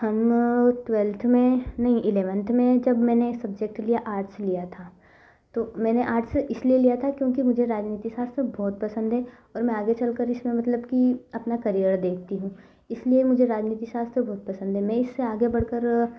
हम ट्वेल्थ में नहीं इलेवंथ में जब मैंने सब्जेक्ट लिया आर्ट्स लिया था तो मैं आर्ट्स से इसलिए लिया था क्योंकि मुझे राजनीति शास्त्र बहुत पसंद है और आगे चलकर मतलब इसमें अपना करियर देखती हूँ इसलिए मुझे राजनीति शास्त्र बहुत पसंद है मैं इससे आगे बढ़कर